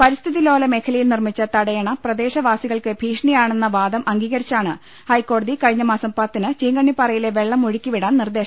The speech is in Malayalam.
പരിസ്ഥിതി ലോല മേഖലയിൽ നിർമിച്ച തടയണ പ്രദേശവാസികൾക്ക് ഭീഷ ണിയാണെന്ന വാദം അംഗീകരിച്ചാണ് ഉഹ്ഹെക്കോടതി കഴിഞ്ഞ മാസം പത്തിന് ചീങ്കണ്ണിപ്പാലയിലെ വെള്ളം ഒഴുക്കിവിടാൻ നിർദേശം നൽകിയത്